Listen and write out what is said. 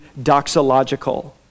doxological